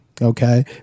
okay